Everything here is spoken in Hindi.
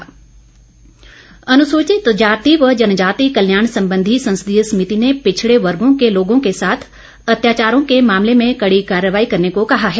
संसदीय समिति अनुसूचित जाति व जनजाति कल्याण संबंधी संसदीय समिति ने पिछड़े वर्गों के लोगों के साथ अत्याचारों के मामले में कड़ी कार्रवाई करने को कहा है